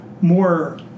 more